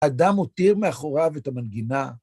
אדם הותיר מאחוריו את המנגינה.